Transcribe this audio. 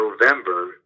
November